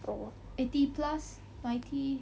oh